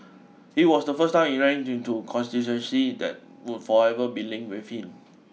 it was the first time he ran in to constituency that would forever be linked with him